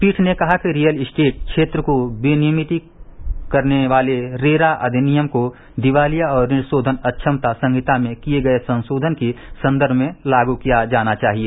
पीठ ने कहा कि रियल एस्टेट क्षेत्र को विनियमित करने वाले रेरा अधिनियम को दिवालिया और ऋण शोधन अक्षमता संहिता में किए गए संशोधनों के संदर्भ में लागू किया जाना चाहिए